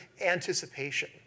anticipation